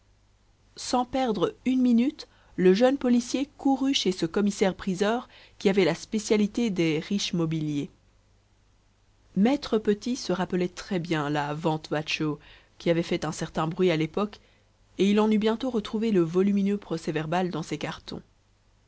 sans perdre une minute le jeune policier courut chez ce commissaire-priseur qui avait la spécialité des riches mobiliers m petit se rappelait très-bien la vente watchau qui avait fait un certain bruit à l'époque et il en eut bientôt retrouvé le volumineux procès-verbal dans ses cartons